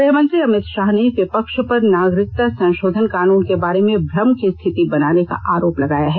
गृह मंत्री अमित शाह ने विपक्ष पर नागरिकता संशोधन कानून के बारे में भ्रम की स्थिति बनाने का आरोप लगाया है